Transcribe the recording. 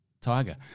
Tiger